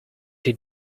eat